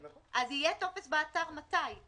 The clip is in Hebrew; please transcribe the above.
אז יהיה טופס באתר מתי?